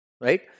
Right